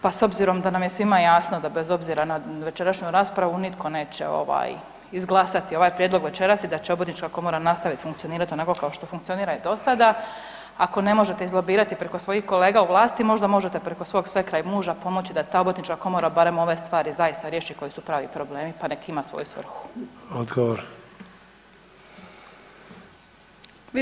Pa s obzirom da nam je svima jasno da bez obzira na večerašnju raspravu, nitko neće izglasati ovaj prijedlog večeras i da će obrtnička komora nastaviti funkcionirat onako kao što funkcionira i do sada, ako ne možete izlobirati preko svojih kolega u vlasti, možda možete preko svog svekra i muža pomoći da ta obrtnička komora barem ove stvari zaista riješi koji su pravi problem pa nek ima svoju svrhu.